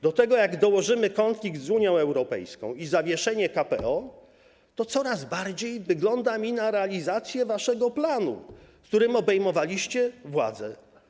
Do tego, jak dołożymy konflikt z Unią Europejską i zawieszenie KPO, to coraz bardziej wygląda mi to na realizację waszego planu, z którym obejmowaliście władzę.